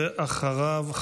ואחריו,